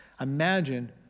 Imagine